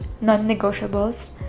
non-negotiables